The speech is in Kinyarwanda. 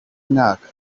mwaka